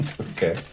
okay